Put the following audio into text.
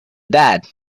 died